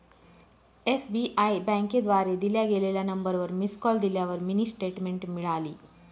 SBI बँकेद्वारे दिल्या गेलेल्या नंबरवर मिस कॉल दिल्यावर मिनी स्टेटमेंट मिळाली